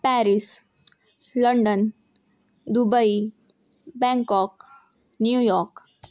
Paris London Dubai Bangkok New York